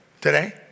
today